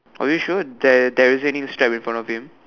are you sure there there isn't any strap in front of him